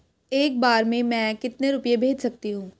एक बार में मैं कितने रुपये भेज सकती हूँ?